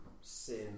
sin